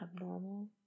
abnormal